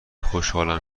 خوشحالم